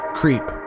creep